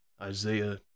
Isaiah